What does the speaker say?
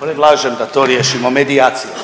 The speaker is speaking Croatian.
predlažem da to riješimo medijacijom.